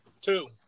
Two